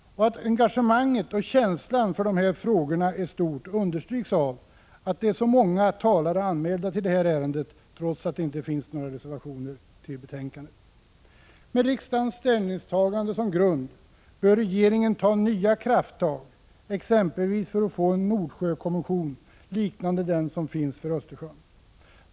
Att engagemanget och känslan för de här frågorna är stort understryks ytterligare av att så många talare har anmält sig till denna debatt trots att det inte finns några reservationer till betänkandet. Med riksdagens ställningstagande som grund bör regeringen ta nya krafttag, exempelvis för att bilda en Nordsjökommission liknande den som finns för Östersjön.